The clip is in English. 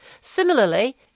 Similarly